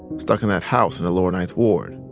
stuck in that house in the lower ninth ward.